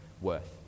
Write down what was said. worth